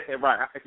Right